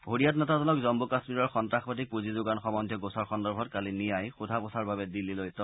ছৰিয়াত নেতাজনক জন্মু কাম্মীৰৰ সন্তাসবাদীক পুঁজি যোগান সম্বন্ধীয় গোচৰ সন্দৰ্ভত কালি নিয়াই সোধা পোছাৰ বাবে দিল্লীলৈ তলব কৰিছিল